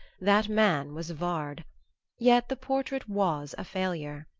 that man was vard yet the portrait was a failure.